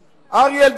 ברוב,